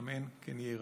אמן כן יהי רצון.